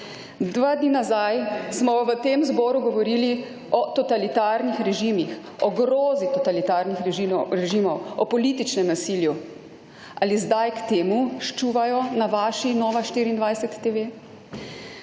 Dva dni nazaj smo v tem zboru govorili o totalitarnih režimih, o grozi totalitarnih režimov, o političnem nasilju. Ali zdaj k temu ščuvajo na vaši Nova24TV?